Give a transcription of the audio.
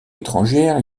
étrangère